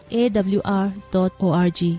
awr.org